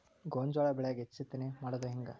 ಗೋಂಜಾಳ ಬೆಳ್ಯಾಗ ಹೆಚ್ಚತೆನೆ ಮಾಡುದ ಹೆಂಗ್?